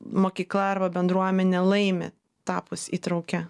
mokykla arba bendruomenė laimi tapus įtraukia